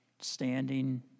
standing